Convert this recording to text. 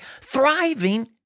thriving